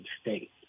state